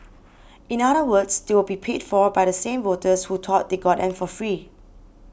in other words they will be paid for by the same voters who thought they got them for free